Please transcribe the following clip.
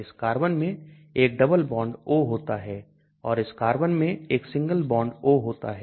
इस कार्बन में एक डबल बॉन्ड O होता है और इस कार्बन में एक सिंगल बॉन्ड O होता है